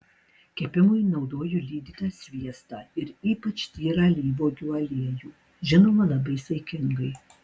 kepimui naudoju lydytą sviestą ir ypač tyrą alyvuogių aliejų žinoma labai saikingai